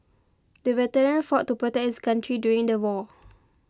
the veteran fought to protect his country during the war